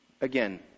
again